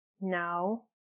Now